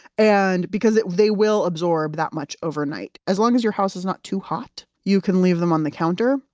and because they will absorb that much overnight. as long as your house is not too hot, you can leave them on the counter.